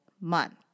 month